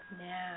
Now